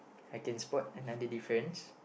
I can sports and others differences